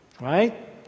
right